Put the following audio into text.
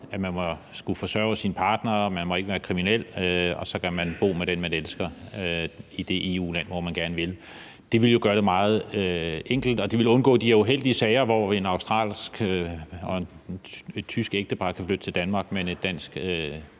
at man skal kunne forsørge sin partner, at man ikke må være kriminel, og så kan man bo med den, man elsker, i det EU-land, hvor man gerne vil? Det ville jo gøre det meget enkelt, og man ville undgå de her uheldige sager, hvor et australsk-tysk ægtepar kan flytte til Danmark, men et